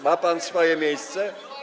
Ma pan swoje miejsce?